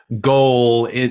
goal